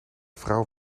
vrouw